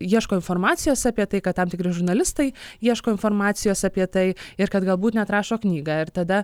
ieško informacijos apie tai kad tam tikri žurnalistai ieško informacijos apie tai ir kad galbūt net rašo knygą ir tada